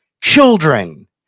children